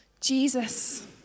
Jesus